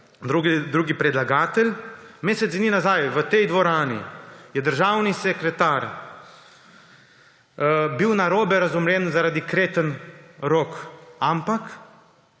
drugi predlagatelj. Mesec dni nazaj je bil v tej dvorani državni sekretar narobe razumljen zaradi kretenj rok, ampak